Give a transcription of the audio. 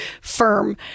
firm